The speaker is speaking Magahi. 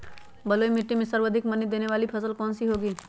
बलुई मिट्टी में सर्वाधिक मनी देने वाली फसल कौन सी होंगी?